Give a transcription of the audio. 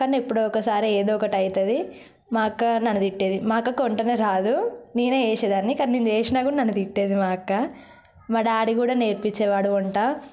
కానీఎప్పుడో ఒకసారి ఏదో ఒకటి అయితుంది మా అక్క నన్ను తిట్టేది మా అక్కకు వంటనే రాదు నేనే చేసేదాన్ని కానీ నేను చేసినా కానీ నన్ను తిట్టేది మా అక్క మా డాడీ కూడ నేర్పిచ్చేవాడు వంట